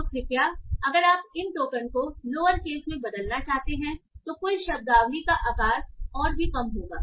तो कृपया अगर आप इन टोकन को लोअर केस में बदलना चाहते हैं तो कुल शब्दावली का आकार और भी कम होगा